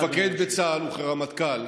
כמפקד בצה"ל וכרמטכ"ל,